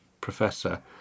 professor